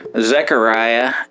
Zechariah